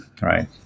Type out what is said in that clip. right